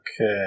Okay